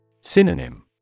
Synonym